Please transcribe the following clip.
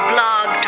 Blog